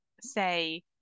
say